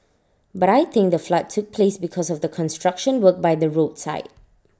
but I think the flood took place because of the construction work by the roadside